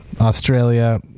australia